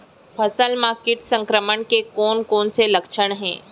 फसल म किट संक्रमण के कोन कोन से लक्षण हे?